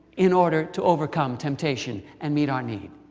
in order to overcome temptation and meet our need.